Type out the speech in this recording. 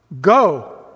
go